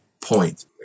point